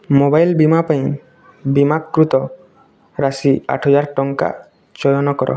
mobile ବୀମା ପାଇଁ ବୀମାକୃତ ରାଶି ଆଠ ହଜାର ଟଙ୍କା ଚୟନ କର